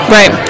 Right